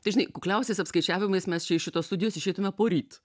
tai žinai kukliausiais apskaičiavimais mes čia iš šitos studijos išeitume poryt